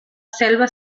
selva